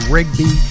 Rigby